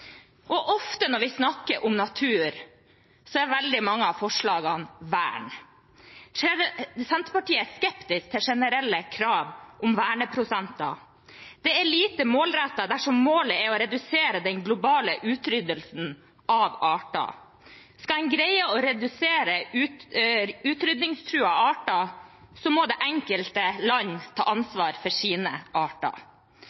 Ofte når vi snakker om natur, er veldig mange av forslagene vern. Senterpartiet er skeptisk til generelle krav om verneprosenter. Det er lite målrettet dersom målet er å redusere den globale utryddelsen av arter. Skal en greie å redusere utrydningstruede arter, må det enkelte land ta